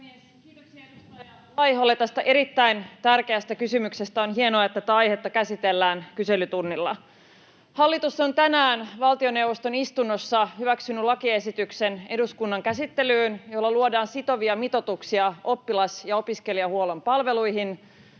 Kiitoksia edustaja Laiholle tästä erittäin tärkeästä kysymyksestä. On hienoa, että tätä aihetta käsitellään kyselytunnilla. Hallitus on tänään valtioneuvoston istunnossa hyväksynyt eduskunnan käsittelyyn lakiesityksen, jolla luodaan sitovia mitoituksia oppilas- ja opiskelijahuollon palveluihin.